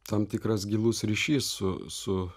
tam tikras gilus ryšys su su